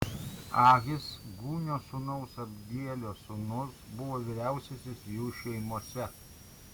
ahis gūnio sūnaus abdielio sūnus buvo vyriausiasis jų šeimose